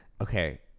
Okay